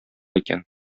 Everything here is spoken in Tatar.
икән